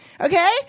Okay